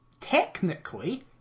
technically